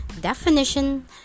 definition